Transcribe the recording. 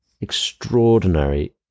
extraordinary